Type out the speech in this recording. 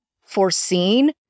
foreseen